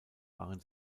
waren